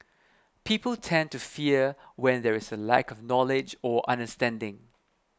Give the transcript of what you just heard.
people tend to fear when there is a lack of knowledge or understanding